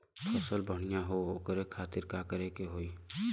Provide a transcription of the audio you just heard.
फसल बढ़ियां हो ओकरे खातिर का करे के होई?